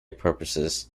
purposes